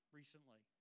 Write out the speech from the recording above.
recently